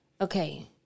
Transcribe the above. okay